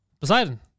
Poseidon